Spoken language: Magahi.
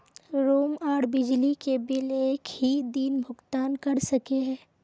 रूम आर बिजली के बिल एक हि दिन भुगतान कर सके है?